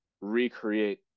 recreate